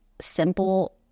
simple